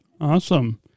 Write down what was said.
Awesome